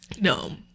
no